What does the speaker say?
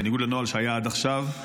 בניגוד לנוהל שהיה עד עכשיו,